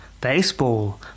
baseball